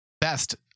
best